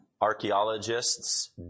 archaeologists